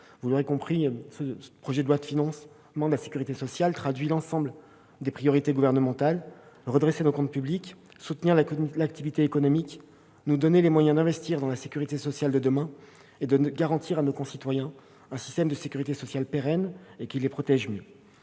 Vous l'aurez compris, ce texte traduit l'ensemble des priorités gouvernementales : redresser nos comptes publics, soutenir l'activité économique, nous donner les moyens d'investir dans la sécurité sociale de demain et de garantir à nos concitoyens un système de sécurité sociale pérenne et plus protecteur.